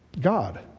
God